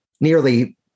nearly